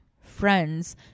friends